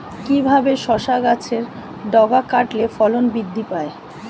কিভাবে শসা গাছের ডগা কাটলে ফলন বৃদ্ধি পায়?